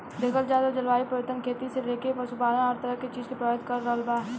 देखल जाव त जलवायु परिवर्तन खेती से लेके पशुपालन हर तरह के चीज के प्रभावित कर रहल बा